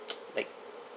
like